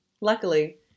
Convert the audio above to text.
Luckily